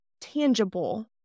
tangible